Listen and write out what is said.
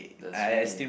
that's really